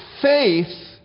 faith